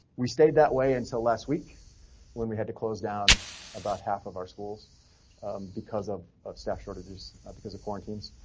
we stayed that way until last week when we had to close down about half of our schools because of of staff shortages because of quarantines.